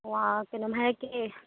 ꯑꯣ ꯑꯥ ꯀꯩꯅꯣꯝ ꯍꯥꯏꯔꯛꯀꯦ